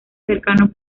cercano